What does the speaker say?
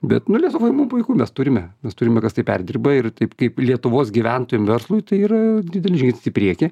bet nu lietuvoj mum puiku mes turime nes turime kas tai perdirba ir taip kaip lietuvos gyventojam verslui tai yra didelis žingsnis į priekį